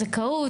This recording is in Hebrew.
זכאות,